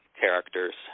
characters